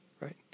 right